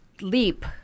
leap